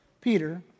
Peter